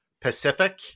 Pacific